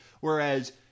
Whereas